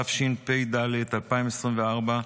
התשפ"ד 2024,